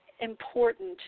important